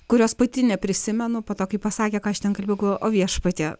kurios pati neprisimenu po to kai pasakė ką aš ten kalbėjau galvoju o viešpatie